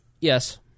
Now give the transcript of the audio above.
Yes